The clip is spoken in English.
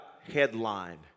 headline